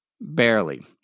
barely